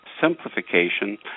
simplification